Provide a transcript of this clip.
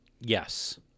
yes